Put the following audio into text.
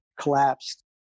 collapsed